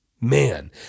man